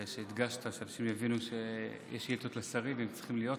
ושהדגשת שיש איתות לשרים והם צריכים להיות פה,